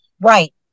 Right